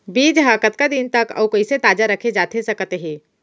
बीज ह कतका दिन तक अऊ कइसे ताजा रखे जाथे सकत हे?